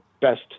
best